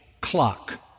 clock